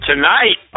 Tonight